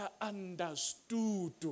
understood